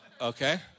okay